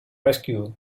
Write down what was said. rescue